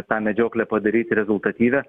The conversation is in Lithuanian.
tą medžioklę padaryt rezultatyvią